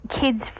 kids